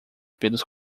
pelos